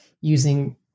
using